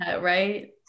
Right